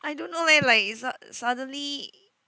I don't know leh like is su~ suddenly